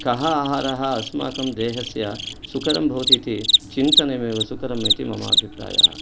कः आहारः अस्माकं देहस्य सुखदं भवति इति चिन्तनमेव सुकरम् इति मम अभिप्रायः